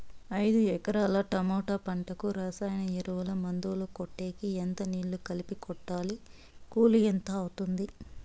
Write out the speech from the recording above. ఐదు ఎకరాల టమోటా పంటకు రసాయన ఎరువుల, మందులు కొట్టేకి ఎంత నీళ్లు కలిపి కొట్టాలి? కూలీ ఎంత అవుతుంది?